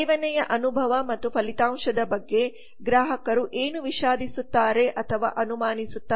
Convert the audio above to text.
ಸೇವನೆಯ ಅನುಭವ ಮತ್ತು ಫಲಿತಾಂಶದ ಬಗ್ಗೆ ಗ್ರಾಹಕರುಏನುವಿಷಾದಿಸುತ್ತಾರೆ ಅಥವಾ ಅನುಮಾನಿಸುತ್ತಾರೆ